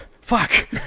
Fuck